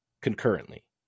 concurrently